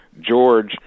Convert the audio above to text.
George